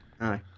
Aye